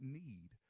need